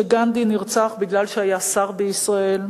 שגנדי נרצח בגלל שהיה שר בישראל.